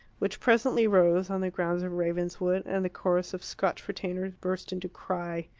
which presently rose on the grounds of ravenswood, and the chorus of scotch retainers burst into cry.